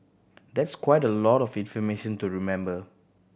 that's quite a lot of information to remember